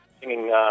singing